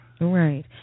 Right